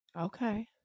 Okay